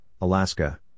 Alaska